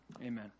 amen